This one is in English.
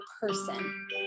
person